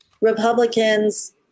republicans